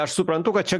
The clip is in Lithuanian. aš suprantu kad čia